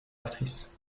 actrice